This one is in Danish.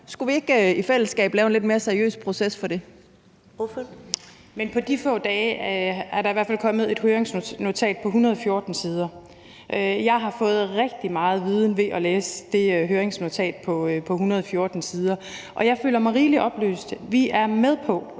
Ellemann): Ordføreren. Kl. 15:39 Britt Bager (KF): Men på de få dage er der i hvert fald kommet et høringsnotat på 114 sider. Jeg har fået rigtig meget viden ved at læse det høringsnotat på 114 sider, og jeg føler mig rigeligt oplyst. Vi er med på,